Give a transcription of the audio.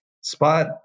spot